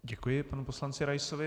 Děkuji panu poslanci Raisovi.